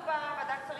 הצבענו בוועדת השרים בעד.